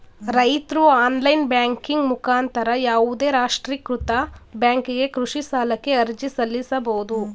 ರೈತ್ರು online banking ಮುಖಾಂತರ ಯಾವುದೇ ರಾಷ್ಟ್ರೀಕೃತ ಬ್ಯಾಂಕಿಗೆ ಕೃಷಿ ಸಾಲಕ್ಕೆ ಅರ್ಜಿ ಸಲ್ಲಿಸಬೋದು